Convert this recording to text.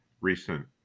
recent